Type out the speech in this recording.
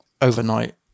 overnight